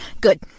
Good